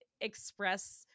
express –